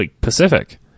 Pacific